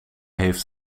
heeft